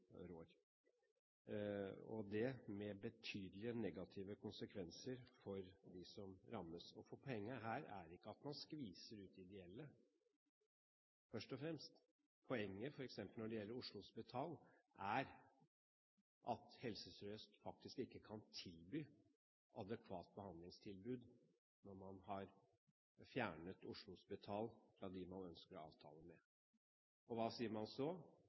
rammes. Poenget her er ikke først og fremst at man skviser ut ideelle. Poenget, f.eks. når det gjelder Oslo Hospital, er at Helse Sør-Øst faktisk ikke kan tilby et adekvat behandlingstilbud når man har fjernet Oslo Hospital fra en avtale som de ønsker. Og hva sier man så?